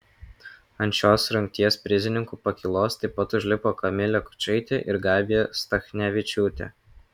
ant šios rungties prizininkų pakylos taip pat užlipo kamilė kučaitė ir gabija stachnevičiūtė